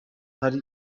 hari